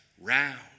round